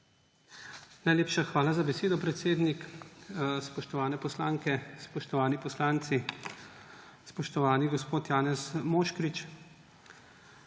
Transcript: Najlepša hvala za besedo, predsednik. Spoštovane poslanke, spoštovani poslanci, spoštovani gospod Janez Moškrič!